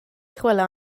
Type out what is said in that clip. chwilio